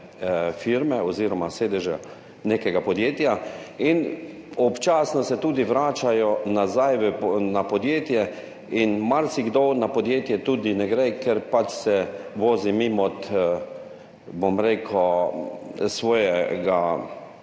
firme oziroma sedeža nekega podjetja in občasno se tudi vračajo nazaj v podjetje in marsikdo v podjetje tudi ne gre, ker se pač vozi mimo svojega